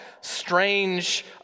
strange